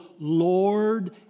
Lord